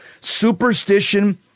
superstition